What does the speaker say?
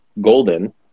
golden